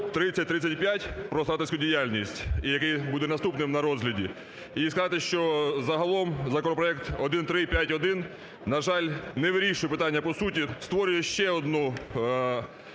3035 про старательську діяльність, який буде наступним на розгляді, і сказати, що загалом законопроект 1351, на жаль, не вирішує питання по суті, створює ще одну